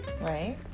right